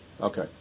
Okay